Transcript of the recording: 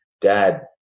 dad